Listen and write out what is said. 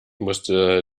musste